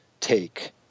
take